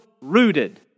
rooted